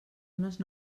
unes